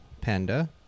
Panda